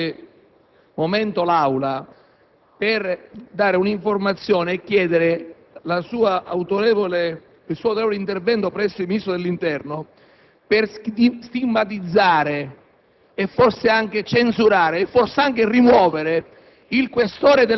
Presidente, vorrei intrattenere per qualche momento l'Assemblea su una informazione di cui dispongo e chiedere il suo autorevole intervento presso il Ministro dell'interno per stigmatizzare,